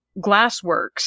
glassworks